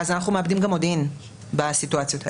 ואז אנחנו מאבדים גם מודיעין בסיטואציות האלה.